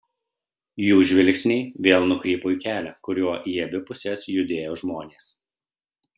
jų žvilgsniai vėl nukrypo į kelią kuriuo į abi puses judėjo žmonės